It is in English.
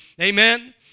Amen